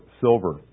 silver